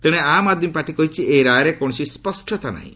ତେଣେ ଆମ୍ ଆଦ୍ମି ପାର୍ଟି କହିଛି ଏହି ରାୟରେ କୌଣସି ସ୍ୱଷ୍ଟତା ନାହିଁ